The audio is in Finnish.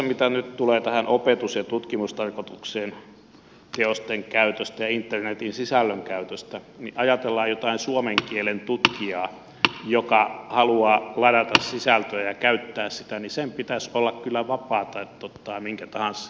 mitä nyt tulee tähän teosten käyttöön ja internetin sisällön käyttöön opetus ja tutkimustarkoitukseen niin jos ajatellaan jotain suomen kielen tutkijaa joka haluaa ladata sisältöä ja käyttää sitä niin pitäisi olla kyllä vapaata ottaa mikä tahansa sisältö sieltä netistä